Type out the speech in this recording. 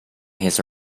his